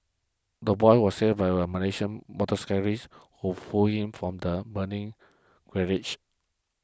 the boy was saved by a Malaysian motorcyclist who pulled him from the burning wreckage